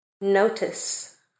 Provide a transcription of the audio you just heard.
Notice